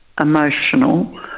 emotional